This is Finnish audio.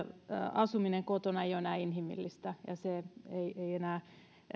asuminen kotona ei ole enää inhimillistä ja se ei ei enää